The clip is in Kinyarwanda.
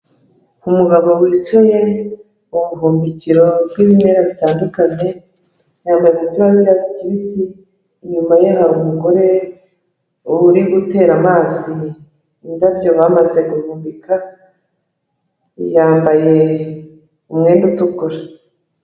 Umugabo wicaye mu buhumbikiro bw'ibimera bitandukanye yambaye umupira w'icyatsi kibisi, inyuma ye hari umugore uri gutera amazi indabyo bamaze guhumbika yambaye umwenda utukura.